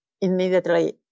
immediately